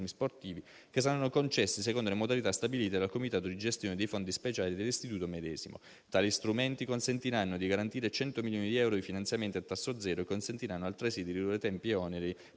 sportivi che saranno concessi secondo le modalità stabilite dal Comitato di gestione dei fondi speciali dell'istituto medesimo. Tali strumenti consentiranno di garantire 100 milioni di euro di finanziamenti a tasso zero e consentiranno, altresì, di ridurre tempi e oneri